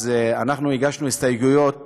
אז אנחנו הגשנו הסתייגויות